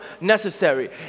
necessary